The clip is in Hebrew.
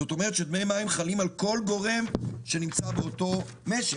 כלומר דמי המים חלים על כל גורם שנמצא באותו משק.